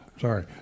Sorry